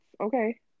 Okay